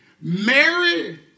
Mary